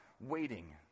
waiting